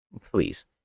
please